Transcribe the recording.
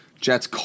Jets